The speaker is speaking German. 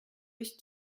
ich